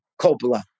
Coppola